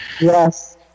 Yes